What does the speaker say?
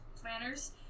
planners